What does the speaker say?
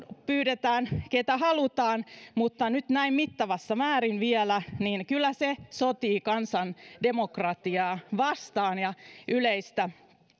pyydetään ketä halutaan mutta kun nyt näin mittavassa määrin vielä niin kyllä se sotii kansan demokratiaa vastaan ja yleistä